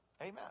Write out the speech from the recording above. Amen